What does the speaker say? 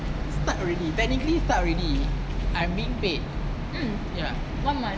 start already technically start already I'm being paid ya